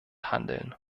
handeln